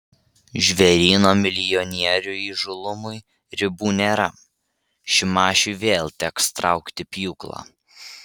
žvėryno milijonierių įžūlumui ribų nėra šimašiui vėl teks traukti pjūklą